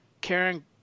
Karen